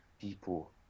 people